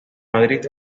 madrid